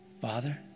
Father